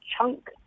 chunk